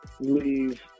leave